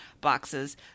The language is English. boxes